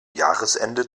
jahresende